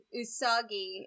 usagi